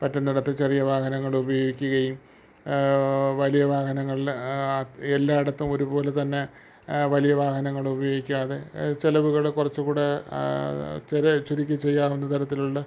പറ്റുന്നയിടത്ത് ചെറിയ വാഹനങ്ങൾ ഉപയോഗിക്കുകയും വലിയ വാഹനങ്ങളിലെ എല്ലായിടത്തും ഒരുപോലെത്തന്നെ വലിയ വാഹനങ്ങൾ ഉപയോഗിക്കാതെ ചിലവുകൾ കുറച്ചുകൂടെ ചെറിയ ചുരുക്കി ചെയ്യാവുന്ന തരത്തിലുള്ള